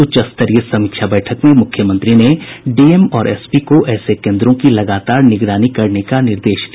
उच्चस्तरीय समीक्षा बैठक में मुख्यमंत्री ने डीएम और एसपी को ऐसे केन्द्रों की लगातार निगरानी करने का निर्देश दिया